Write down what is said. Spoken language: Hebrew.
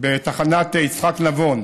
בתחנת יצחק נבון,